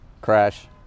crash